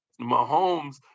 Mahomes